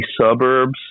suburbs